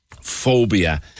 phobia